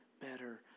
better